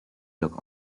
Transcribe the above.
look